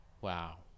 wow